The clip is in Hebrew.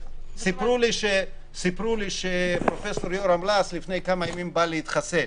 סיפרו לי שפרופ' לס לפני כמה ימים בא להתחסן.